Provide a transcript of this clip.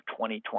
2020